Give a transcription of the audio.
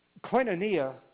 Koinonia